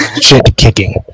Shit-kicking